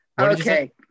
Okay